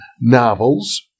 novels